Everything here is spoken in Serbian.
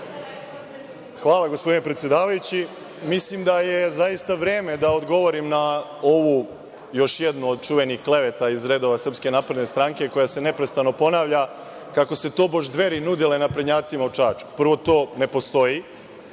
Hvala, gospodine predsedavajući. Mislim da je zaista vreme da odgovorim na ovu još jednu od čuvenih kleveta iz redova SNS, koja se neprestano ponavlja, kako se tobože Dveri nudile naprednjacima u Čačku. Prvo, to ne postoji.